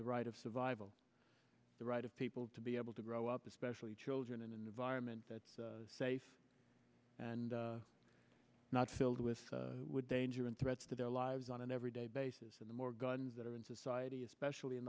the right of survival the right of people to be able to grow up especially children in an environment that's safe and not filled with with danger and threats to their lives on an everyday basis and the more guns that are in society especially in